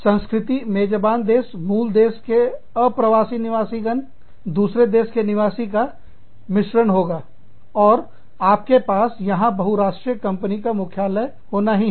संस्कृति मेजबान देश मूल देश के अप्रवासी निवासीगण दूसरे देश के निवासी का मिश्रण होगा और आपके पास यहां बहुराष्ट्रीय कंपनी का मुख्यालय होना ही हैं